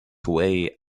way